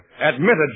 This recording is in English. admitted